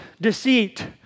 deceit